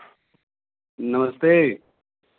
नमस्ते